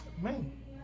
man